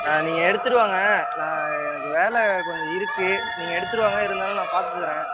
நான் நீங்கள் எடுத்துகிட்டு வாங்க நான் எனக்கு வேலை கொஞ்சம் இருக்கு நீங்கள் எடுத்துகிட்டு வாங்க இருந்தாலும் நான் பார்த்து தர்றேன்